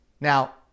Now